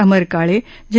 अमर Kale जि